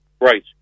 right